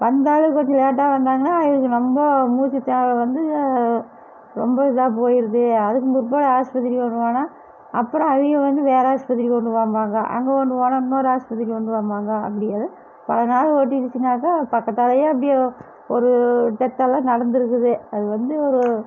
வந்தாலும் கொஞ்சம் லேட்டாக வந்தாங்கன்னா இதுக்கு ரொம்ப மூச்சி திணறல் வந்து ரொம்ப இதாக போயிருது அதுக்கும் பிற்பாடு ஹாஸ்பத்திரிக்கு கொண்டு போனால் அப்புறம் அவங்க வந்து வேறு ஹாஸ்பத்திரிக்கு கொண்டு போம்பாங்க அங்கே கொண்டு போனால் இன்னோரு ஹாஸ்பத்திரி கொண்டு போம்பாங்க அப்படியே பலநாள் ஓடிடுச்சினாக்கா பக்கதாலையே அப்படியே ஒரு டெத்தெல்லாம் நடந்துயிருக்குது அது வந்து ஒரு